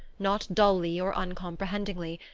not dully or uncomprehendingly,